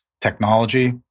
technology